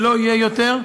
זה לא יהיה יותר,